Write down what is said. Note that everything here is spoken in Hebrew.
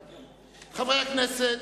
הכנסת,